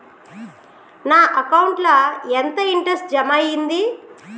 నా అకౌంట్ ల ఎంత ఇంట్రెస్ట్ జమ అయ్యింది?